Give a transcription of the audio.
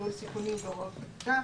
ניהול סיכונים והוראות חקיקה,